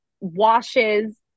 washes